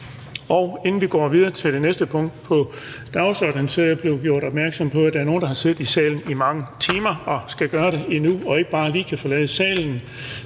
Inden vi går videre til det næste punkt på dagsordenen, er jeg blevet gjort opmærksom på, at der er nogen, der har siddet i salen i mange timer og skal gøre det endnu, og de kan ikke bare lige forlade salen.